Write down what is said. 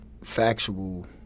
factual